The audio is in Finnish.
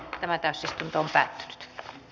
kätevä käsistä tältä